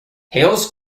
hales